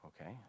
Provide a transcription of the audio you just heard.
okay